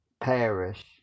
perish